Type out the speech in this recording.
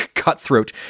cutthroat